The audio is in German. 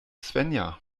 svenja